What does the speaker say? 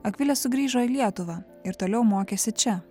akvilė sugrįžo į lietuvą ir toliau mokėsi čia